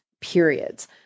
periods